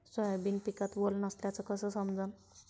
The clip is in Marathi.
सोयाबीन पिकात वल नसल्याचं कस समजन?